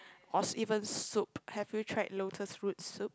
or even soup have you tried lotus fruit soup